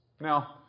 Now